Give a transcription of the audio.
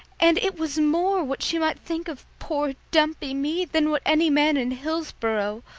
and it was more what she might think of poor dumpy me than what any man in hillsboro,